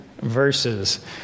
verses